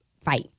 fight